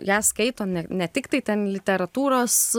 ją skaito ne tiktai ten literatūros